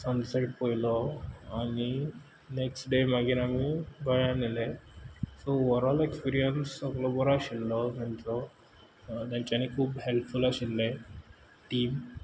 sunset पयलो आनी next day मागीर आमी गोंयान येयले सो ओवरॉल एक्सपिऱ्यंस सोगलो बोरो आशिल्लो थंयचो तेंच्यानी खूब हॅल्पफूल आशिल्ले टीम